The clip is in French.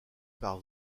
par